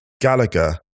Gallagher